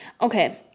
Okay